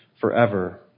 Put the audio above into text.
forever